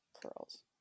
curls